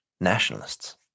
nationalists